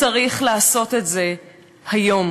צריך לעשות את זה היום.